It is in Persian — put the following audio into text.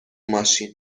ماشین